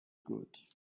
good